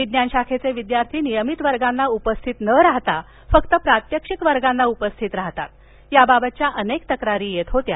विज्ञान शाखेचे विद्यार्थी नियमित वर्गांना उपस्थित न राहता फक्त प्रात्यक्षिक वर्गाला उपस्थित राहतात याबाबतच्या अनेक तक्रारी येत होत्या